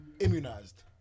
immunized